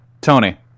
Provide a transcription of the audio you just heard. Tony